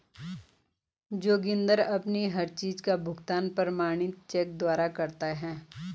जोगिंदर अपनी हर चीज का भुगतान प्रमाणित चेक द्वारा करता है